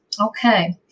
Okay